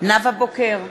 נאוה בוקר,